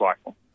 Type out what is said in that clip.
cycle